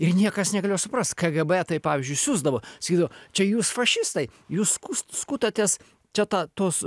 ir niekas negalėjo suprast kgb tai pavyzdžiui siusdavo sakydavo čia jūs fašistai jūs sku skutatės čia tą tuos